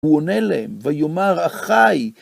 הוא עונה להם, ויאמר, אחי,